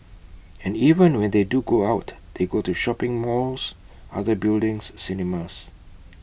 and even when they do go out they go to shopping malls other buildings cinemas